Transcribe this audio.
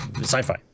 sci-fi